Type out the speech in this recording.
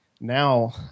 now